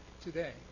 today